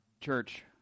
church